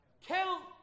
Count